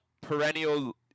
perennial